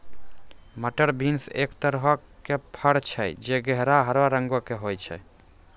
मटर बींस एक तरहो के फर छै जे गहरा हरा रंगो के होय छै